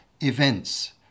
events